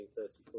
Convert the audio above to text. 1934